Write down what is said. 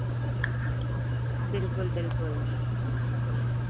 بالکل بالکل